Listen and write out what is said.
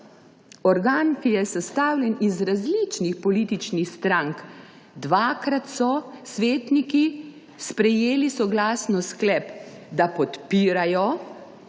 organ, ki je sestavljen iz različnih političnih strank. Dvakrat so svetniki soglasno sprejeli sklep, da podpirajo,